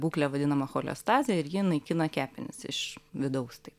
būklė vadinama cholestazė ir ji naikina kepenis iš vidaus tai